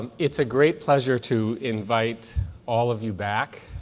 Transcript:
it's a great pleasure to invite all of you back.